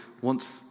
wants